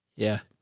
yeah,